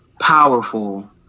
powerful